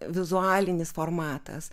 vizualinis formatas